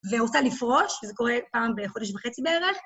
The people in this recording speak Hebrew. ורוצה לפרוש, וזה קורה פעם בחודש וחצי בערך.